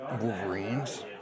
Wolverines